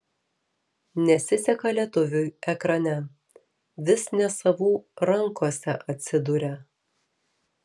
nesiseka lietuviui ekrane vis ne savų rankose atsiduria